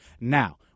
Now